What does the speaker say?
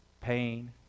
pain